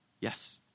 Yes